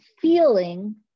feeling